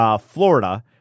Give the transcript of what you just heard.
Florida